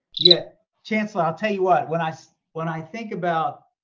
yeah, chancellor, i'll tell you what, when i so when i think about,